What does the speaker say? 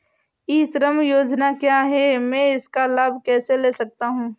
ई श्रम योजना क्या है मैं इसका लाभ कैसे ले सकता हूँ?